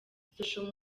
social